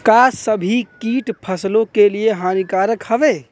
का सभी कीट फसलों के लिए हानिकारक हवें?